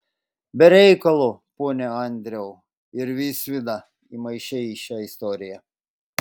be reikalo pone andriau ir visvydą įmaišei į šią istoriją